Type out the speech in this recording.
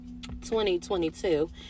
2022